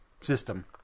system